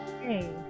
Hey